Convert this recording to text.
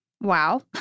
Wow